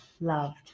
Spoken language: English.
loved